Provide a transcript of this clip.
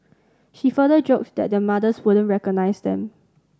she further joked that their mothers wouldn't recognise them